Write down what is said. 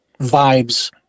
vibes